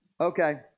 Okay